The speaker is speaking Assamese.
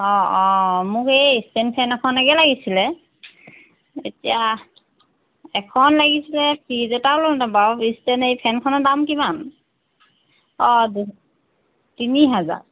অঁ অঁ মোক এই ষ্টেণ্ড ফেন এখনকে লাগিছিলে এতিয়া এখন লাগিছিলে ফ্ৰিজ এটাও লওঁ বাৰু ষ্টেণ্ড এই ফেনখনৰ দাম কিমান অঁ তিনি হেজাৰ